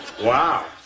Wow